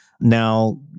Now